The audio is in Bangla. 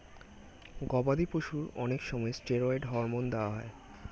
গবাদি পশুর অনেক সময় স্টেরয়েড হরমোন দেওয়া হয়